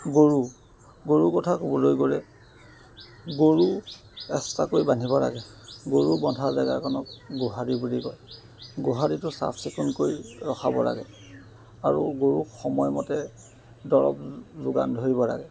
গৰু গৰু কথা ক'বলৈ গ'লে গৰু এক্সট্ৰাকৈ বান্ধিব লাগে গৰু বন্ধা জেগাকণক গোহালি বুলি কয় গোহালিটো চাফ চিকুণ কৰি ৰখাব লাগে আৰু গৰুক সময়মতে দৰব যোগান ধৰিব লাগে